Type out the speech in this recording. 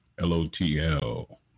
L-O-T-L